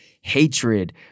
hatred